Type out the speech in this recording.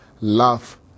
love